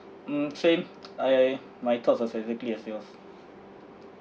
mm same I my thoughts are exactly as yours